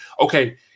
okay